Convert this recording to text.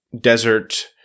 desert